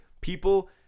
people